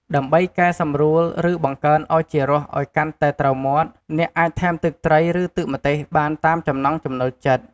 ដើម្បីកែសម្រួល ឬបង្កើនឱជារសឱ្យកាន់តែត្រូវមាត់ អ្នកអាចថែមទឹកត្រី ឬទឹកម្ទេសបានតាមចំណង់ចំណូលចិត្ត។